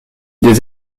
des